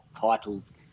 titles